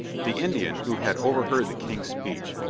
the indian, who had overheard the king's speech,